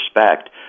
respect